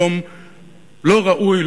והיום לא ראוי,